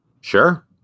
Sure